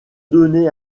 données